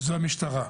זה המשטרה.